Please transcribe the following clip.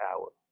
hours